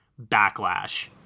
backlash